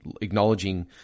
acknowledging